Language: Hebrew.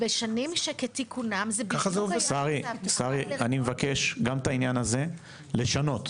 בשנים כתיקונם --- שרי אני מבקש גם את העניין הזה לשנות,